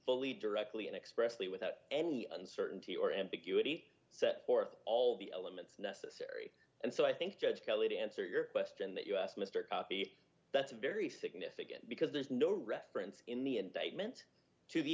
fully directly and expressly without any uncertainty or ambiguity set forth all the elements necessary and so i think judge kelly to answer your question that you asked mr coffey that's very significant because there's no reference in the indictment to the